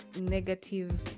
negative